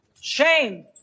Shame